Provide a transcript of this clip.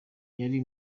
yari